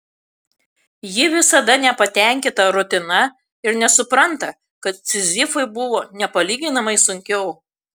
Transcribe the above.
ji visada nepatenkinta rutina ir nesupranta kad sizifui buvo nepalyginamai sunkiau